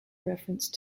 reference